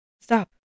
Stop